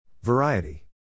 Variety